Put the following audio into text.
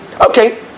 Okay